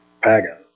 pagan